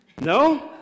No